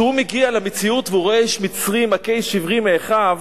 כשהוא מגיע למציאות ורואה איש מצרי מכה איש עברי מאחיו,